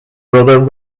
brother